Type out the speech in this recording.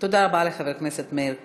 תודה רבה לחבר הכנסת מאיר כהן.